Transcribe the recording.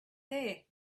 there